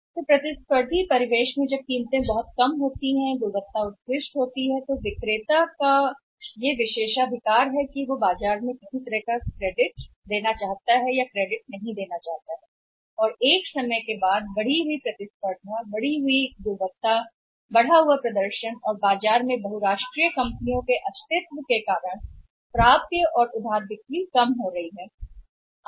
इसलिए एक प्रतिस्पर्धी परिदृश्य में जब कीमतें बहुत कम होती हैं तो उत्कृष्ट गुणवत्ता होती है बाजार में विक्रेता का विशेषाधिकार चाहे वह किसी भी प्रकार का ऋण दे या नहीं देने के लिए बढ़ती प्रतिस्पर्धा के कारण श्रेय और समय के साथ उत्कृष्टता बढ़ी बाजार में बहुराष्ट्रीय कंपनियों के प्रदर्शन और अस्तित्व में प्राप्य या ऋण की बिक्री होती है नीचे आ रहा है